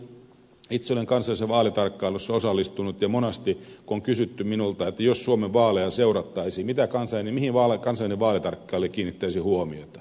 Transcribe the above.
itse olen kansalliseen vaalitarkkailuun osallistunut ja monasti on kysytty minulta että jos suomen vaaleja seurattaisiin niin mihin kansainvälinen vaalitarkkailija kiinnittäisi huomiota